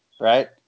right